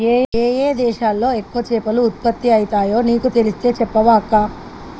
ఏయే దేశాలలో ఎక్కువ చేపలు ఉత్పత్తి అయితాయో నీకు తెలిస్తే చెప్పవ అక్కా